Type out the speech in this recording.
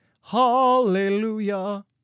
Hallelujah